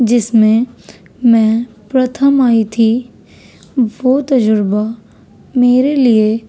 جس میں میں پرتھم آئی تھی وہ تجربہ میرے لیے